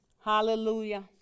Hallelujah